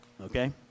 okay